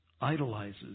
idolizes